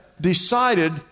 decided